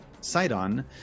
Sidon